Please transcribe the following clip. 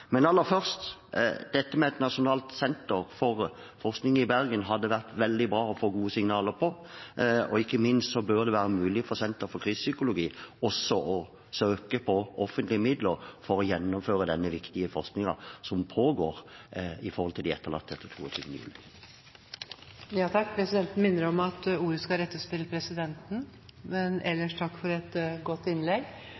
Men aller først: Dette med et nasjonalt senter for forskning i Bergen hadde vært veldig bra å få gode signaler om, og ikke minst bør det være mulig for Senter for Krisepsykologi å søke om offentlige midler for å gjennomføre den viktige forskningen som pågår når det gjelder de etterlatte etter 22. juli. Presidenten minner om at all tale skal rettes til presidenten – ellers takk for et godt innlegg.